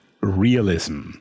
realism